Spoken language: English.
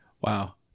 Wow